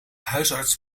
huisarts